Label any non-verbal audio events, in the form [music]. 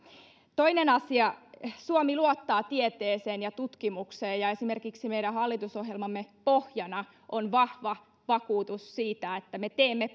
toinen asia suomi luottaa tieteeseen ja tutkimukseen ja esimerkiksi meidän hallitusohjelmamme pohjana on vahva vakuutus siitä että me teemme [unintelligible]